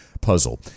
puzzle